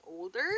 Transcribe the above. older